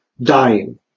dying